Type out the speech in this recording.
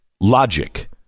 logic